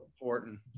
important